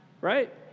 Right